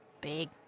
Big